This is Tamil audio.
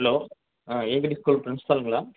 ஹலோ ஆ எபிடி ஸ்கூல் பிரின்ஸ்பாலுங்களா